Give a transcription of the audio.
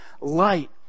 light